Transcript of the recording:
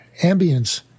ambience